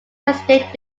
estate